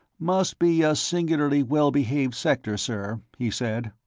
must be a singularly well-behaved sector, sir, he said.